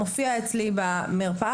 מופיע אצלי במרפאה,